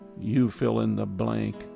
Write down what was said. you-fill-in-the-blank